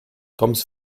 comes